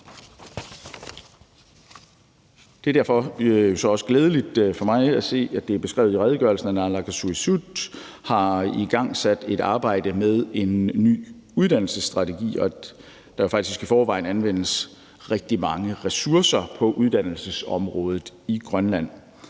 Det er derfor også glædeligt for mig at se, at det er beskrevet i redegørelsen, at naalakkersuisut har igangsat et arbejde med en ny uddannelsesstrategi, og at der faktisk i forvejen anvendes rigtig mange ressourcer på uddannelsesområdet i Grønland.